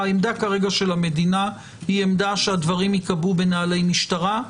העמדה כרגע של המדינה היא עמדה שהדברים ייקבעו בנהלי משטרה,